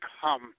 come